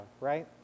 right